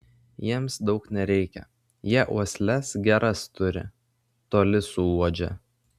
jiems daug nereikia jie uosles geras turi toli suuodžia